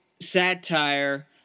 satire